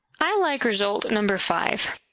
i like result number five.